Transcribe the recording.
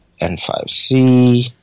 N5C